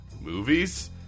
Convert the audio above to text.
movies